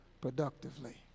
productively